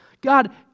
God